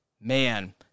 man